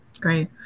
Great